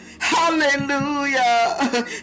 Hallelujah